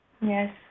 Yes